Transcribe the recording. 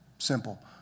Simple